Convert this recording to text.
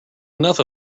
enough